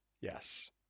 Yes